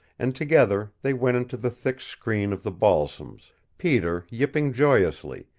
and together they went into the thick screen of the balsams, peter yipping joyously,